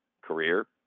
career